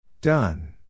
Done